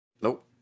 Nope